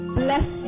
bless